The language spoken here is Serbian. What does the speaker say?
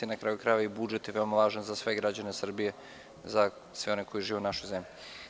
Na kraju krajeva i budžet je veoma važan za sve građane Srbije, za sve one koji žive u našoj zemlji.